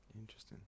interesting